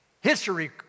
History